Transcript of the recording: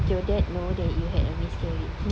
did your dad know that you had a miscarriage